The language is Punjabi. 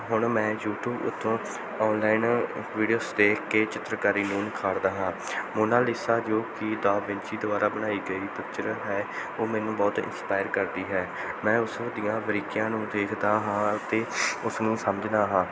ਹੁਣ ਮੈਂ ਯੂਟਿਊਬ ਉਤੋਂ ਔਨਲਾਈਨ ਵੀਡੀਓਸ ਦੇਖ ਕੇ ਚਿੱਤਰਕਾਰੀ ਨੂੰ ਨਿਖਾਰਦਾ ਹਾਂ ਮੋਨਾਲਿਸਾ ਜੋ ਕਿ ਦਾ ਵਿੰਚੀ ਦੁਆਰਾ ਬਣਾਈ ਗਈ ਪਿਚਰ ਹੈ ਉਹ ਮੈਨੂੰ ਬਹੁਤ ਐਨਸਪਾਇਰ ਕਰਦੀ ਹੈ ਮੈਂ ਉਸਨੂੰ ਦੀਆਂ ਬਾਰੀਕੀਆਂ ਨੂੰ ਦੇਖਦਾ ਹਾਂ ਅਤੇ ਉਸ ਨੂੰ ਸਮਝਦਾ ਹਾਂ